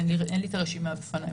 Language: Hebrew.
אין לי את הרשימה כאן.